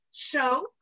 show